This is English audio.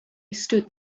stood